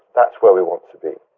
that's where we want to be